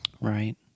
right